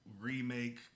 remake